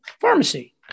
pharmacy